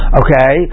okay